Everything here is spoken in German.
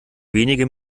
wenige